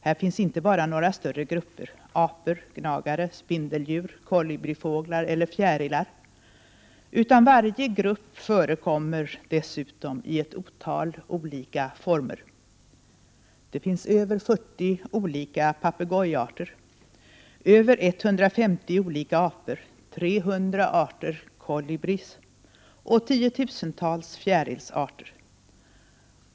Här finns inte bara några större grupper — apor, gnagare, spindeldjur, kolibrifåglar eller fjärilar, utan varje grupp förekommer dessutom i ett otal olika former. Det finns över 40 olika papegojarter, över 150 olika apor, 300 arter kolibrier och tiotusentals fjärilsarter.